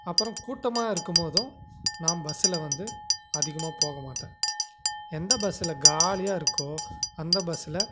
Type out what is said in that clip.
அப்பறம் கூட்டமாக இருக்கும்போதும் நான் பஸ்ஸில் வந்து அதிகமாக போக மாட்டேன் எந்த பஸ்ஸில் காலியாக இருக்கோ அந்த பஸ்ஸில்